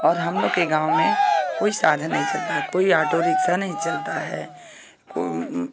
और हम लोग के गाँव में कोई साधन नहीं चलता कोई ऑटो रिक्शा नहीं चलता है तो